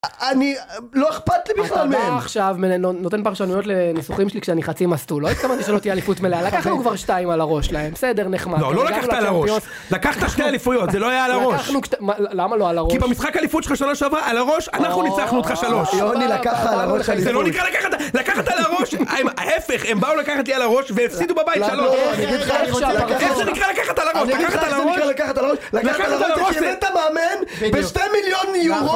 אני לא אכפת לי בכלל מהם. אתה בא עכשיו נותן פרשנויות לניסוחים שלי כשאני חצי מסטול, לא התכוונתי שלא תהיה אליפות מלאה, לקחנו כבר 2 על הראש שלהם בסדר נחמד, לא לקחת על הראש לקחת 2 אליפויות, זה לא היה על הראש. למה לא על הראש? כי במשחק אליפות שלך שנה שעברה על הראש אנחנו ניצחנו אותך 3, זה לא נקרא לקחת על הראש, ההפך הם באו לקחת לי על הראש והפסידו בבית 3, איך זה נקרא לקחת על הראש? אני אגיד לך איך זה נקרא לקחת על הראש תראה את המאמן ב2 מיליון יורו